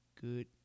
good